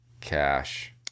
cash